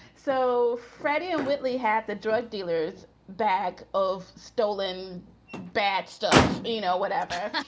so freddie and whitley had the drug dealer's bag of stolen bad stuff, you know, whatever.